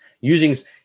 using